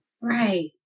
Right